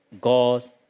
God